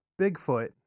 Bigfoot